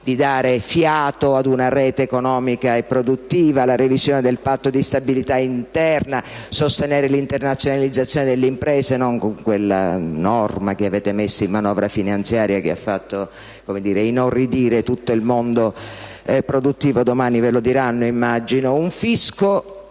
di dare fiato ad una rete economica e produttiva, alla revisione del Patto di stabilità interno, al sostenere l'internazionalizzazione delle imprese, (non con quella norma che avete messo in manovra finanziaria, che ha fatto - come dire? - inorridire tutto il mondo produttivo, come domani - immagino - vi